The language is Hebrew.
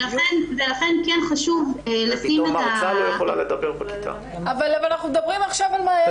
ולכן כן חשוב לשים --- אנחנו מדברים עכשיו על מעיינות.